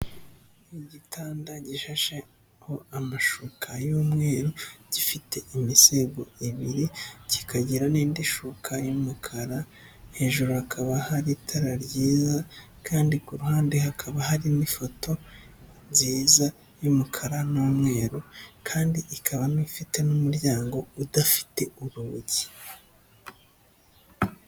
Ni igitanda gishasheho amashuka y'umweru gifite imisego ibiri kikagira n'indi shuka y'umukara, hejuru hakaba hari itara ryiza kandi ku ruhande hakaba hari n'ifoto nziza y'umukara n'umweru kandi ikaba nk'ifite n'umuryango udafite urugi.